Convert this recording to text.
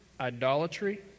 Idolatry